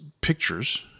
pictures